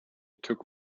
took